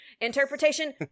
Interpretation